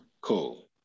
Cool